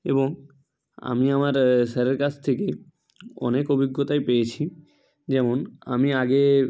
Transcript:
এবং আমি আমার স্যারের কাছ থেকে অনেক অভিজ্ঞতাই পেয়েছি যেমন আমি আগে